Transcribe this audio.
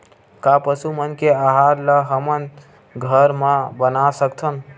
का पशु मन के आहार ला हमन घर मा बना सकथन?